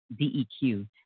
DEQ